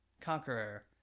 Conqueror